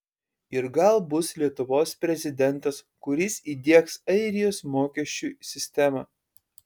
ir gal bus lietuvos prezidentas kuris įdiegs airijos mokesčių sistemą